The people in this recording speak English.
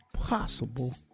possible